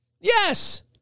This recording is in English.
Yes